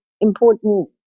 important